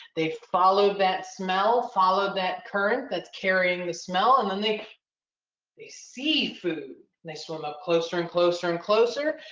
they followed that smell, followed that current that's carrying the smell and then they they see food, they swim up closer and closer and closer,